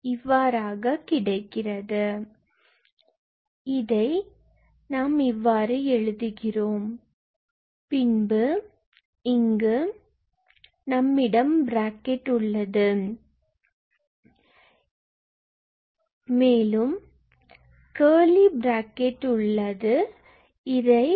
இவ்வாறாக கிடைக்கும் எனவே இது நமக்கு கிடைக்கும் இங்கு நம்மிடம் பிராக்கெட் உள்ளது மேலும் இதை கர்லி பிராக்கெட்டுக்குள் எழுதுவோம்